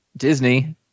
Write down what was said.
disney